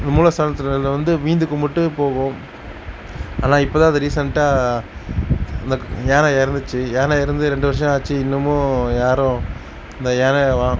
மூலஸ்தானத்தில் வந்து வீழ்ந்து கும்பிட்டு போகும் ஆனால் இப்போதான் அது ரீசன்ட்டாக அந்த யானை இறந்துச்சி யானை இறந்து ரெண்டு வருஷம் ஆச்சு இன்னமும் யாரும் அந்த யானை